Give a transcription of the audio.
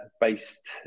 based